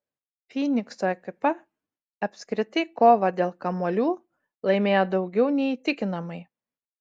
fynikso ekipa apskritai kovą dėl kamuolių laimėjo daugiau nei įtikinamai